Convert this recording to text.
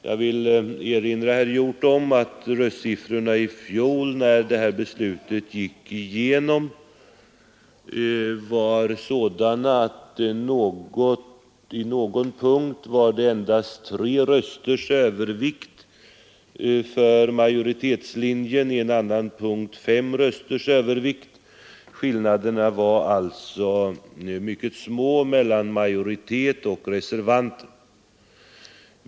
Jag vill erinra herr Hjorth om att röstsiffrorna i fjol när detta beslut fattades var sådana att det i någon punkt endast var tre rösters övervikt för majoritetslinjen och i en annan punkt fem rösters övervikt. Skillnaderna var alltså mycket små mellan majoritet och reservanter.